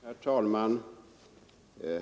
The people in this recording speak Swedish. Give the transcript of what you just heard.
Herr talman!